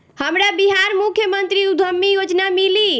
हमरा बिहार मुख्यमंत्री उद्यमी योजना मिली?